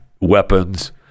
weapons